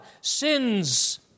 Sins